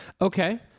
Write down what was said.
Okay